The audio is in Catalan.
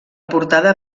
portada